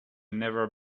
never